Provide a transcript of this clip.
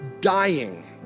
dying